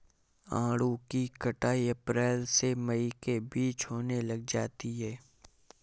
आड़ू की कटाई अप्रैल से मई के बीच होने लग जाती है